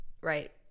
Right